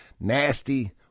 nasty